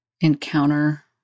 encounter